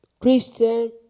Christian